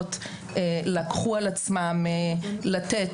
רשויות לקחו על עצמן לתת,